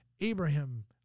abraham